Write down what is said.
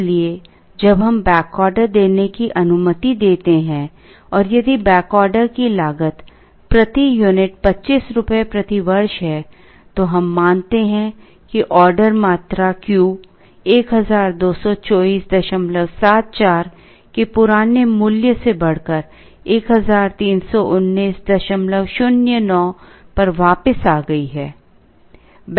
इसलिए जब हम बैक ऑर्डर देने की अनुमति देते हैं और यदि बैक ऑर्डर की लागत प्रति यूनिट 25 रुपये प्रति वर्ष है तो हम मानते हैं कि ऑर्डर मात्रा Q 122474 के पुराने मूल्य से बढ़कर 131909 पर वापस आ गई है